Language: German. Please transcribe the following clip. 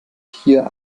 hier